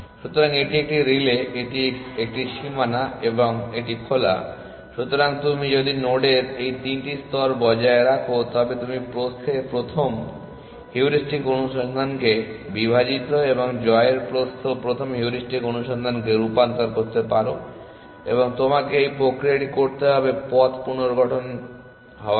সুতরাং এটি একটি রিলে এটি একটি সীমানা এবং এটি খোলা সুতরাং তুমি যদি নোডের এই 3 টি স্তর বজায় রাখো তবে তুমি প্রস্থের প্রথম হিউরিস্টিক অনুসন্ধানকে বিভাজিত এবং জয়ের প্রস্থ প্রথম হিউরিস্টিক অনুসন্ধানে রূপান্তর করতে পারো এবং তোমাকে একই প্রক্রিয়াটি করতে হবে পথ পুনর্গঠন করার জন্য